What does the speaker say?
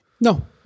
no